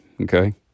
okay